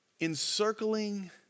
encircling